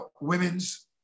Women's